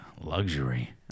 luxury